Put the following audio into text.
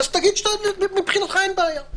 אז תגיד שמבחינתך אין בעיה.